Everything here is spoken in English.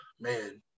man